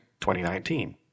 2019